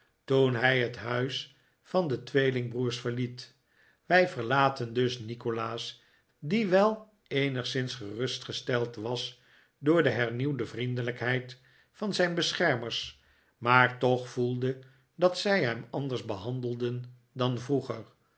toen hij het huis van de tweelingbroers verliet wij verlaten dus nikolaas die wel eenigszins gerustgesteld was door de hernieuwde vriendelijkheid van zijn beschermers maar toch voelde dat zij hem anders behandelden dan vroeger